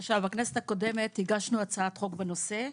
הגשנו הצעת חוק בנושא.